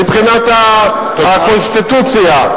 מבחינת הקונסטיטוציה.